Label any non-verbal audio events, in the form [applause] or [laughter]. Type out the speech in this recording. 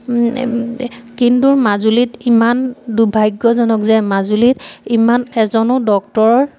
[unintelligible] কিন্তু মাজুলীত ইমান দুৰ্ভাগ্যজনক যে মাজুলীত ইমান এজনো ডক্তৰৰ